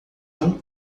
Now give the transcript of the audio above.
não